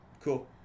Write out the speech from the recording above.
Cool